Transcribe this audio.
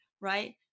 right